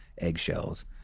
eggshells